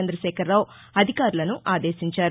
చంద్రశేఖరరావు అధికారులను ఆదేశించారు